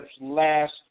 last